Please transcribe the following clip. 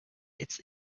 its